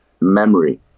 memory